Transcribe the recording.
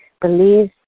believes